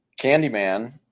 Candyman